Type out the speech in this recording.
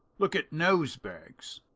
look at nosebags.